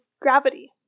gravity